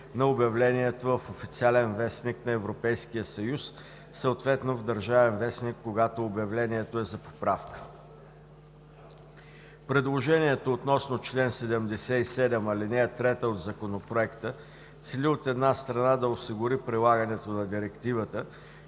на обявлението в „Официален вестник“ на Европейския съюз, съответно – в „Държавен вестник“, когато обявлението е за поправка. Предложението относно чл. 77, ал. 3 от Законопроекта цели, от една страна, да осигури прилагането на Директивата,